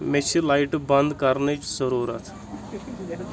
مےٚ چھِ لایٹہٕ بند کرنٕچ ضروٗرت